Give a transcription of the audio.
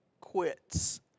quits